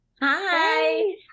Hi